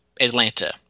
Atlanta